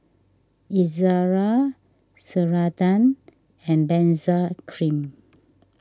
Ezerra Ceradan and Benzac Cream